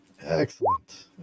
Excellent